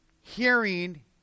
hearing